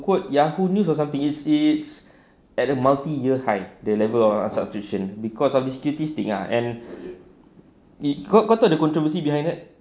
quote yahoo news or something it's it's at a multi year high the level of substitution cause of this duties thing ah and kau kau tahu the controversy behind it